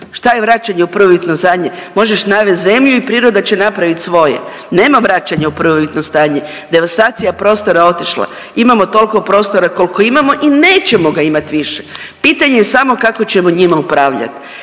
Šta je vraćanje u prvobitno stanje? Možeš navesti zemlju i priroda će napraviti svoje. Nema vraćanja u prvobitno stanje. Devastacija prostora je otišla. Imamo toliko prostora koliko imamo i nećemo ga imati više. Pitanje samo kako ćemo njima upravljati.